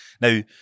Now